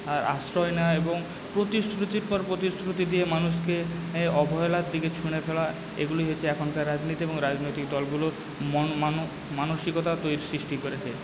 আর আশ্রয় নেয় এবং প্রতিশ্রুতির পর প্রতিশ্রুতি দিয়ে মানুষকে অবহেলার দিকে ছুঁড়ে ফেলা এইগুলি হচ্ছে এখনকার রাজনীতি এবং রাজনৈতিক দলগুলোর মন মানসিকতা সৃষ্টি করেছে